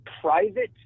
private